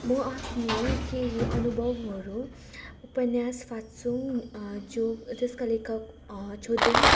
म आफ्नो केही अनुभवहरू उपन्यास फातसुङ जो जसका लेखक छुदेन